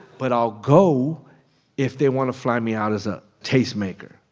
but i'll go if they want to fly me out as a tastemaker,